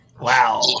wow